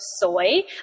Soy